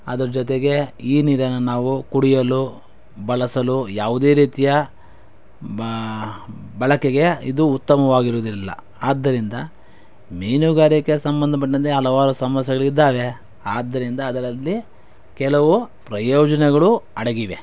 ಅದರ ಜೊತೆಗೆ ಈ ನೀರನ್ನು ನಾವು ಕುಡಿಯಲು ಬಳಸಲು ಯಾವುದೇ ರೀತಿಯ ಬ ಬಳಕೆಗೆ ಇದು ಉತ್ತಮವಾಗಿರುವುದಿಲ್ಲ ಆದ್ದರಿಂದ ಮೀನುಗಾರಿಕೆ ಸಂಬಂಧಪಟ್ಟಂತೆ ಹಲವಾರು ಸಮಸ್ಯೆಗಳು ಇದ್ದಾವೆ ಆದ್ದರಿಂದ ಅದರಲ್ಲಿ ಕೆಲವು ಪ್ರಯೋಜನಗಳು ಅಡಗಿವೆ